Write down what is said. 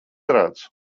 redzu